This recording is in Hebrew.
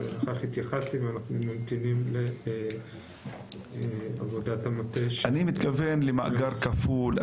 לכך התייחסתי ואנחנו ממתינים לעבודת המטה --- אני מתכוון למאגר כפול,